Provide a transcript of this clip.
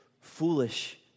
foolish